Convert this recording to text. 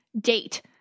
date